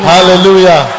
Hallelujah